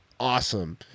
awesome